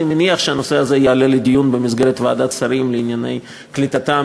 אני מניח שהנושא הזה יעלה לדיון במסגרת ועדת השרים לענייני קליטתם